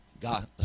God